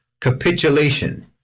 capitulation